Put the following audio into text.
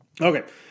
Okay